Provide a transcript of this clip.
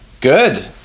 good